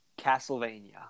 Castlevania